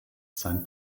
sein